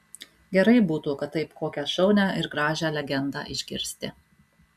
gerai būtų kad taip kokią šaunią ir gražią legendą išgirsti